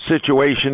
situation